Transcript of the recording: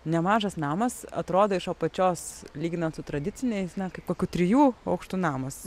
nemažas namas atrodo iš apačios lyginant su tradiciniais na kaip kokių trijų aukštų namas